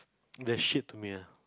they're shit to me ah